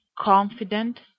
confident